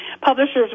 Publishers